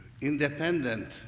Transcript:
independent